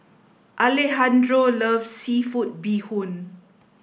Alejandro loves seafood bee hoon